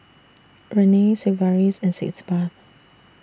Rene Sigvaris and Sitz Bath